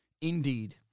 indeed